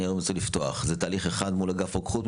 כשאני רק רוצה לפתוח זה תהליך אחד מול אגף רוקחות,